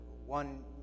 One